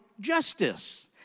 justice